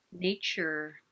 nature